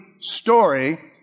story